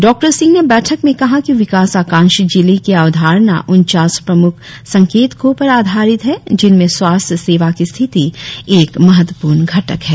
doctor Singh ने बैठक में कहा कि विकास आकांक्षी जिले की अवधारणा उनचास प्रम्ख संकेतकों पर आधारित है जिनमें स्वास्थ्य सेवा की स्थिति एक महत्वपूर्ण घटक है